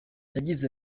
yagize